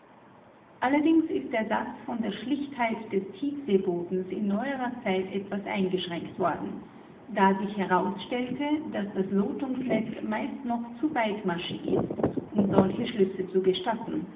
allerdings ist der satz von der schlichtheit des tiefseebodens in neuerer zeit etwas eingeschränkt worden da sich herausstellte daß das lotungsnetz meist noch zu weitmaschig ist um solche schlüsse zu gestatten